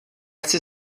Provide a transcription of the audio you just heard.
chci